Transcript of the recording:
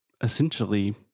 essentially